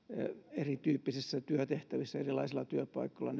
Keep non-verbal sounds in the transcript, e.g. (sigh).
erityyppisissä työtehtävissä erilaisilla työpaikoilla (unintelligible)